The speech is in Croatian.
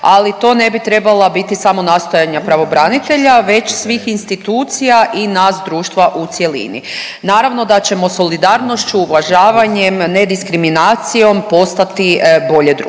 ali to ne bi trebala biti samo nastojanja pravobranitelja već svih institucija i nas društva u cjelini. Naravno da ćemo solidarnošću, uvažavanjem, nediskriminacijom postati bolje društvo.